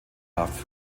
haft